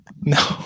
No